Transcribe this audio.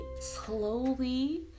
slowly